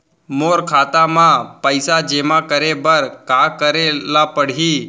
मोर खाता म पइसा जेमा करे बर का करे ल पड़ही?